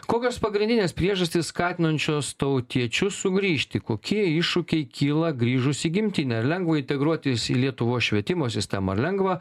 kokios pagrindinės priežastys skatinančios tautiečius sugrįžti kokie iššūkiai kyla grįžus į gimtinę ar lengva integruotis į lietuvos švietimo sistemą ar lengva